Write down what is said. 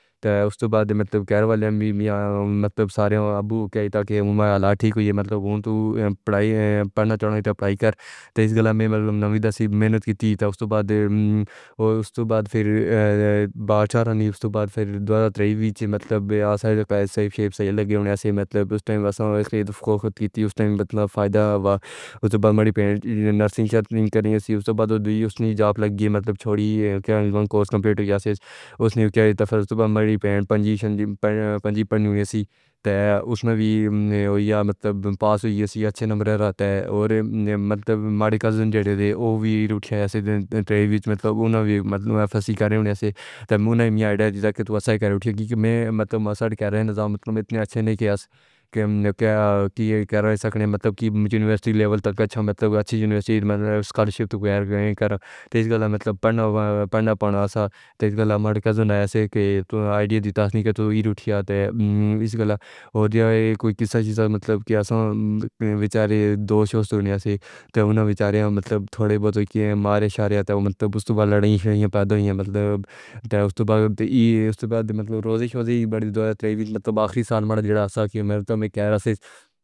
تے اس دے بعد متعلقہ اہلکاراں وچ مطلب سارے ابو کہندا کہ اوہ ٹھیک ہوئی اے، مطلب اوہ تاں پڑھائی پڑھنا چاہساں، تو اپلائی کیتا تے اس وچ میں نے وی محنت کیتی سی۔ فیر اس دے بعد اوہ باہر جا رہیا اے۔ مطلب ساری جگہ صحیح لگدیاں نیں۔ اس وقت مطلب فائدہ ہویا کیونکہ اوہ بڑی پین نرسنگ کر رہی سی۔ اس دے بعد جدوں اس نے کورس چھڈیا، کمپیوٹر دا کورس کیتا، فیر پنجابی پڑھن لگی۔ تے اس وچ وی مطلب پاس ہوئی اچھے نمبراں نال۔ تے میری کزن جیتے وی اوہ ایسے انتھک محنت کر رہی اے، مطلب اوہ وی افس بنن دی کوشش کر رہی اے تاکہ اپنی عادت نوں بہتر بنا سکے۔ مگر مطلب نظام ایہو جیا اے کہ اس دے کہے مطابق یونیورسٹی لیول تک پہنچن لئی اسکالرشپ مل رہی اے۔ اس دا مطلب اے پڑھنا-پڑھنا-پڑھنا۔ میرا کزن ایسا آئیڈیا رکھدا اے کہ جدوں تک اس دا کم چل رہیا اے۔ مطلب اوہ کہندا اے کہ اس نے معاشرے نوں سمجھن لئی کافی محنت کیتی اے۔ اس دے بعد پیدائش، مطلب اس وقت روزانہ دی بنیاد تے ترقی کردا گیا، آخری سال وچ جدوں میں کہندا سی۔